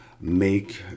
make